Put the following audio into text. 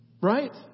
right